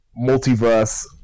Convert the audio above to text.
multiverse